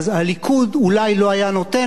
הליכוד אולי לא היה נותן להם,